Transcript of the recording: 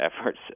efforts